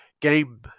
game